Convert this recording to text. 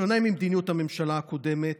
בשונה ממדיניות הממשלה הקודמת,